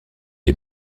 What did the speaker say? est